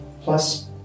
plus